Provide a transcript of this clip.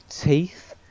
teeth